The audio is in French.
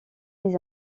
des